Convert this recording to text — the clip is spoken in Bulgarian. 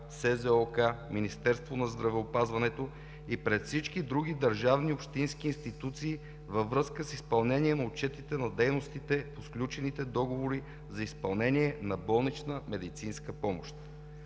СЗОК, Министерството на здравеопазването и пред всички други държавни и общински институции във връзка с изпълнение на отчетите на дейностите по сключените договори за изпълнение на болнична медицинска помощ.